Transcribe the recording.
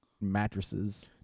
mattresses